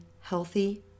healthy